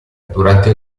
durante